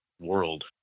world